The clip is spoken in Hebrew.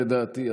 לדעתי,